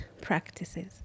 practices